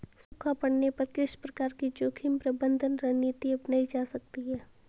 सूखा पड़ने पर किस प्रकार की जोखिम प्रबंधन रणनीति अपनाई जा सकती है?